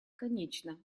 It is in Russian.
конечно